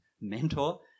mentor